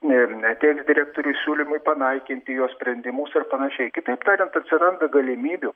ir neteikt direktoriui siūlymui panaikinti jo sprendimus ir panašiai kitaip tariant atsiranda galimybių